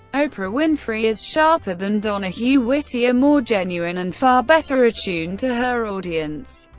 oprah winfrey is sharper than donahue, wittier, more genuine, and far better attuned to her audience,